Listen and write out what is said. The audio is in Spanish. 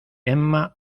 emma